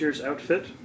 outfit